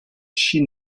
chine